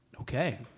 Okay